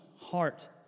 heart